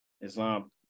Islam